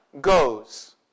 goes